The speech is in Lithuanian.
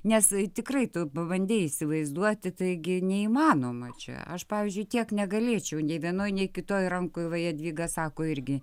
nes tikrai tu bandei įsivaizduoti taigi neįmanoma čia aš pavyzdžiui tiek negalėčiau nei vienoj nei kitoj rankoj o jadvyga sako irgi